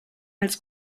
als